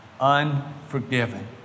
unforgiven